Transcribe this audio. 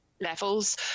levels